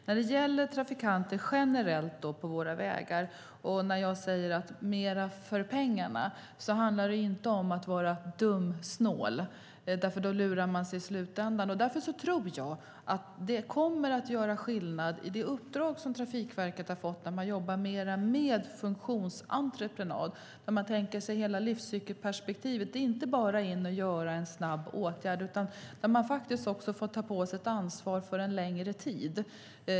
När det gäller trafikanter generellt på våra vägar och när jag pratar om mer för pengarna handlar det inte om att vara dumsnål, för då lurar man sig i slutändan. Därför tror jag att det kommer att göra skillnad i det uppdrag som Trafikverket har fått där man jobbar mer med funktionsentreprenad där man tänker sig hela livscykelperspektivet. Det är inte bara att gå in och göra en snabb åtgärd, utan man får faktiskt ta på sig ett ansvar för en längre tid.